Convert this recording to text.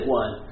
one